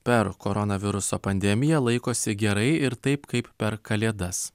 per koronaviruso pandemiją laikosi gerai ir taip kaip per kalėdas